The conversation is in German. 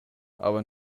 aber